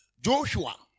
Joshua